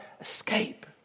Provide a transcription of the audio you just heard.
escape